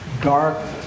dark